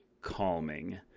calming